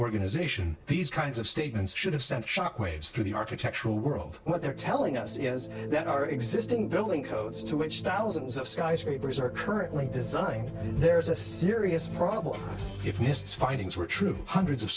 organization these kinds of statements should have sent shock waves through the architectural world what they're telling us is that our existing building codes to which thousands of skyscrapers are currently designed and there is a serious problem if mists findings were true hundreds of